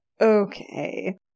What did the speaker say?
Okay